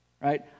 right